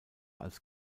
als